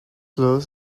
laws